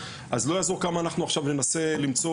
אז לא יעזור כמה אנחנו עכשיו ננסה למצוא,